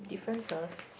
differences